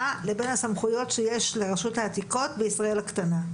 לבין הסמכויות שיש לרשות העתיקות בישראל הקטנה?